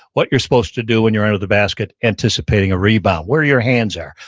what you're supposed to do when you're under the basket anticipating a rebound. where your hands are,